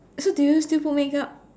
so do you still put makeup